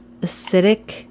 acidic